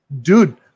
dude